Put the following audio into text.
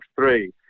three